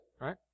Right